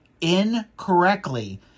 incorrectly